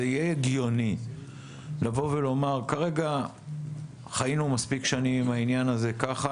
זה יהיה הגיוני לבוא ולומר: כרגע חיינו מספיק שנים עם העניין הזה ככה,